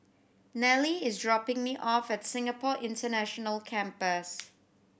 Nelie is dropping me off at Singapore International Campus